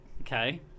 Okay